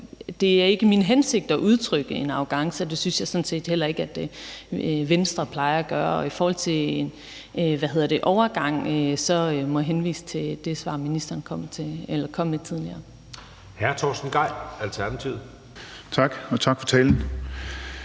Det er ikke min hensigt at udtrykke en arrogance, og det synes jeg sådan set heller ikke Venstre plejer at gøre. I forhold til en overgang må jeg henvise til det svar, ministeren kom med tidligere.